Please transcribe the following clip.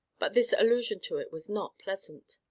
but this allusion to it was not pleasant.